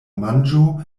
manĝo